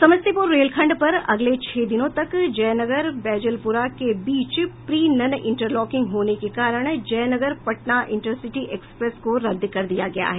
समस्तीपुर रेलखंड पर अगले छह दिनों तक जयनगर बैजलपुरा के बीच प्री नन इंटरलॉकिंग कार्य होने के कारण जयनगर पटना इंटरसिटी एक्सप्रेस को रद्द कर दिया गया है